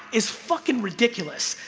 is fuckin' ridiculous.